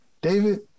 David